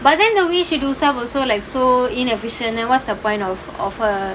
by then the way she do stuff also like so inefficient then what's the point of of her